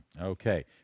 Okay